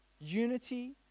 Unity